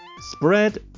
Spread